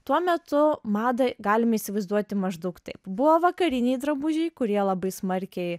tuo metu madą galim įsivaizduoti maždaug taip buvo vakariniai drabužiai kurie labai smarkiai